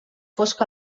fosc